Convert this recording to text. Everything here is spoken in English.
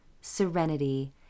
serenity